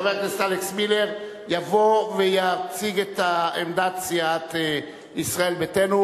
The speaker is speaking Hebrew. חבר הכנסת אלכס מילר יבוא ויציג את עמדת סיעת ישראל ביתנו.